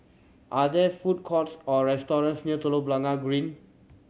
are there food courts or restaurants near Telok Blangah Green